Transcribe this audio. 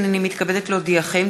הנני מתכבדת להודיעכם,